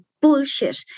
bullshit